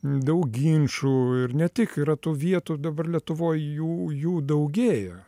daug ginčų ir ne tik yra tų vietų dabar lietuvoj jų jų daugėja